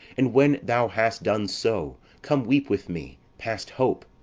and when thou hast done so, come weep with me past hope,